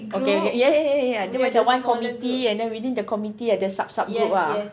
okay okay yeah yeah yeah yeah yeah dia macam one committee and then within the committee ada macam sub sub group ah